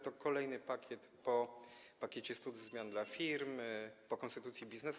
To kolejny pakiet po pakiecie „100 zmian dla firm”, po konstytucji biznesu.